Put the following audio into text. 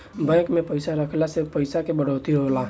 bank में पइसा रखला से पइसा के बढ़ोतरी होला